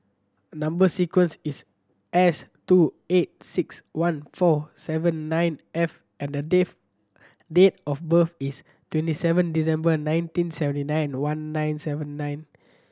number sequence is S two eight six one four seven nine F and the date of birth is twenty seven December nineteen seventy nine one nine seven nine